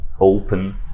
open